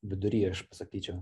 vidury aš pasakyčiau